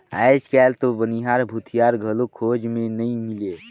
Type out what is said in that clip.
आयज कायल तो बनिहार, भूथियार घलो खोज मे नइ मिलें